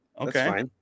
Okay